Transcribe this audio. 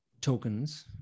tokens